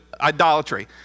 idolatry